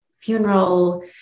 funeral